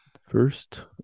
first